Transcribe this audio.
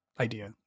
Idea